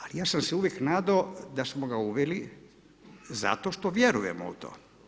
Ali ja sam se uvijek nadao da smo ga uveli zato što vjerujemo u to.